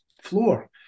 floor